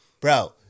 Bro